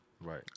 right